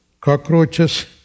cockroaches